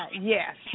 Yes